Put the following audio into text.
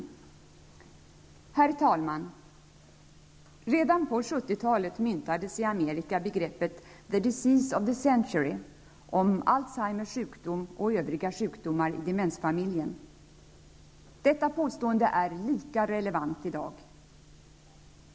Herr talman! Redan på 70-talet myntades i Alzheimers sjukdom och övriga sjukdomar i demensfamiljen. Detta påstånde är lika relevant i dag.